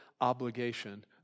obligation